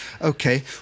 Okay